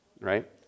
Right